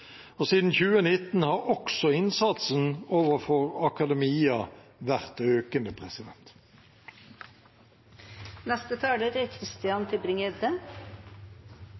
Siden 2019 har også innsatsen overfor akademia vært økende.